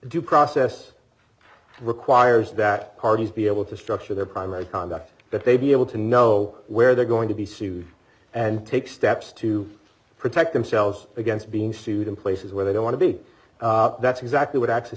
due process requires that parties be able to structure their primary conduct that they be able to know where they're going to be sued and take steps to protect themselves against being sued in places where they don't want to be that's exactly what